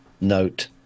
note